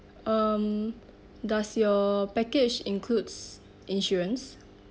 um does your package includes insurance